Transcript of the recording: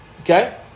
Okay